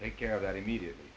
take care of that immediately